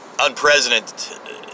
unprecedented